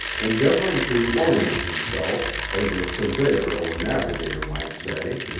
endeavoring to orient himself, as a surveyor or navigator might say,